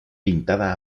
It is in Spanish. pintada